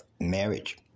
marriage